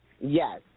yes